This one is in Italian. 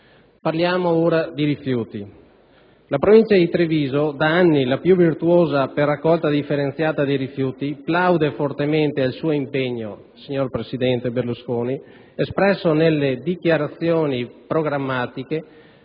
Parliamo ora di rifiuti. La Provincia di Treviso, da anni la più virtuosa per raccolta differenziata dei rifiuti, plaude fortemente al suo impegno, signor presidente Berlusconi, espresso nelle dichiarazioni programmatiche,